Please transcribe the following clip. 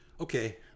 Okay